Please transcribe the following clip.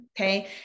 okay